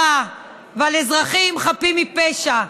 על אישה הרה ועל אזרחים חפים מפשע.